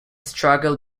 struggle